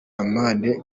amande